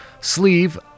sleeve